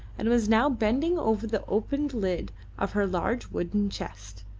and was now bending over the opened lid of her large wooden chest.